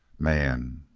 man.